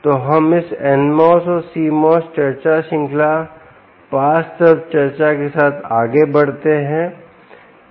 तो हम इस NMOS और CMOS चर्चा श्रृंखला पास तत्व चर्चा के साथ आगे बढ़ते हैं